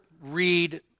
read